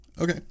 Okay